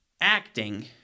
acting